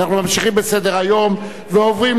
להצעה לסדר-היום עברה